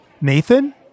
Nathan